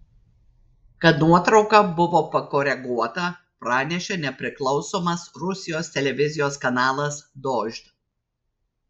kad nuotrauka buvo pakoreguota pranešė nepriklausomas rusijos televizijos kanalas dožd